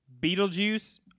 Beetlejuice